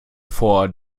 vor